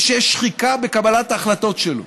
ושיש שחיקה בקבלת ההחלטות שלו.